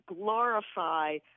glorify